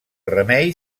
remei